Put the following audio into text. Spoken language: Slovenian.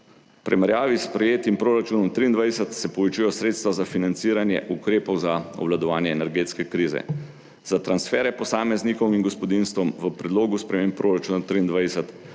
primerjavi s sprejetim proračunom 2023 se povečujejo sredstva za financiranje ukrepov za obvladovanje energetske krize. Za transfere posameznikom in gospodinjstvom v predlogu sprememb proračuna 2023